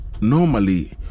Normally